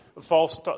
false